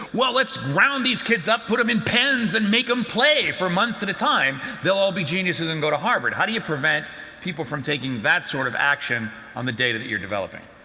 well, let's round these kids up, put them in pens and make them play for months at a time they'll all be geniuses and go to harvard. how do you prevent people from taking that sort of action on the data that you're developing?